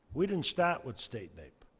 we didn't start with state naep.